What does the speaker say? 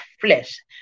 flesh